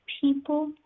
people